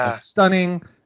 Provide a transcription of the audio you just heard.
stunning